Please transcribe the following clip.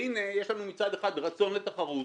והנה, יש לנו מצד אחד רצון לתחרות